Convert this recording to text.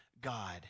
God